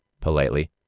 politely